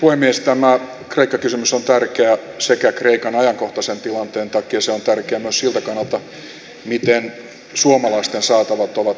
tämä kreikka kysymys on tärkeä sekä kreikan ajankohtaisen tilanteen takia että myös siltä kannalta miten suomalaisten saatavat ovat tässä tilanteessa turvattuna